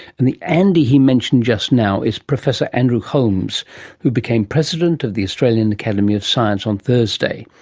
and the andy he mentioned just now is professor andrew holmes who became president of the australian academy of science on thursday.